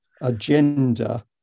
agenda